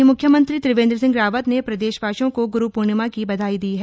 वहीं मुख्यमंत्री त्रिवेन्द्र सिंह रावत ने प्रदेशवासियों को ग्रू पूर्णिमा की बधाई दी है